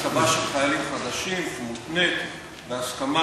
הצבה של החיילים החדשים מותנית בהסכמה